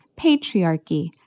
patriarchy